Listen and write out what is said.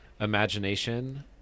imagination